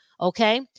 Okay